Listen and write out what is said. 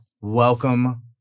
welcome